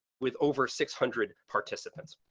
with over six hundred participants.